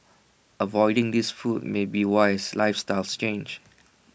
avoiding these foods may be wise lifestyles change